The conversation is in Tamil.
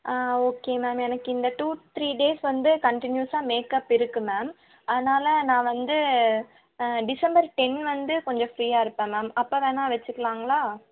ஆ ஓகே மேம் எனக்கு இந்த டூ த்ரீ டேஸ் வந்து கன்டினியூஸாக மேக்அப் இருக்குது மேம் அதனால நான் வந்து டிசம்பர் டென் வந்து கொஞ்சம் ஃப்ரீயாக இருப்பேன் மேம் அப்போ வேணால் வெச்சுக்கிலாங்களா